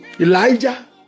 Elijah